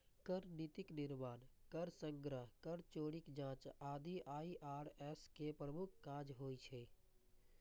कर नीतिक निर्माण, कर संग्रह, कर चोरीक जांच आदि आई.आर.एस के प्रमुख काज होइ छै